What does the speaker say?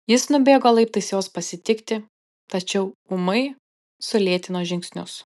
jis nubėgo laiptais jos pasitikti tačiau ūmai sulėtino žingsnius